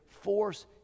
force